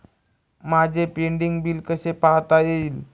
माझे pending bill कसे पाहता येईल?